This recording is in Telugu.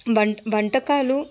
వంట వంటకాలు